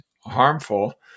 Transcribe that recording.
harmful